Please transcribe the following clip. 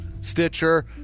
Stitcher